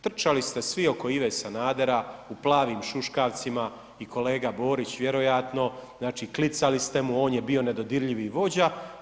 Trčali ste svi oko Ive Sanadera u plavim šuškavcima i kolega Borić vjerojatno, znači klicali ste mu, on je bio nedodirljivi vođa.